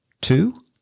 Two